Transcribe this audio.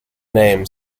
name